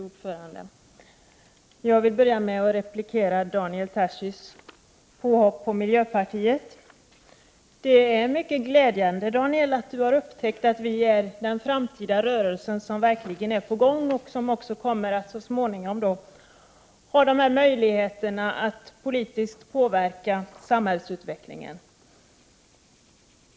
Fru talman! Jag vill börja med att replikera Daniel Tarschys påhopp på miljöpartiet. Det är mycket glädjande att Daniel Tarschys har upptäckt att vi är den framtida rörelsen som verkligen är på gång och som också kommer att så småningom ha möjligheter att politiskt påverka samhällsutvecklingen.